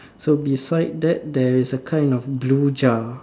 so beside that there is a kind of blue jar